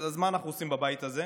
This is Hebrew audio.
אז מה אנחנו עושים בבית הזה?